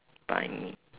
buy me